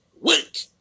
week